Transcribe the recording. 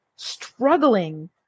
struggling